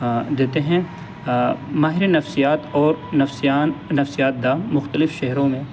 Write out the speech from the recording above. دیتے ہیں ماہر نفسیات اور نفسیان نفسیات داں مختلف شہروں میں